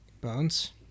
Bones